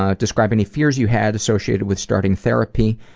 ah describe any fears you had associated with starting therapy?